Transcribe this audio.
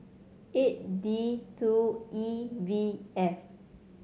eight D two E V F